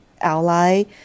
ally